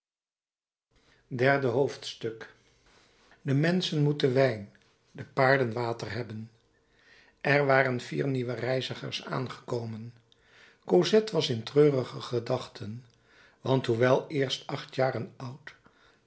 derde hoofdstuk de menschen moeten wijn de paarden water hebben er waren vier nieuwe reizigers aangekomen cosette was in treurige gedachten want hoewel eerst acht jaren oud